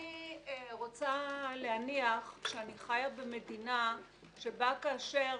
אני רוצה להניח שאני חיה במדינה שבה כאשר